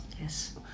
Yes